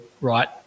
right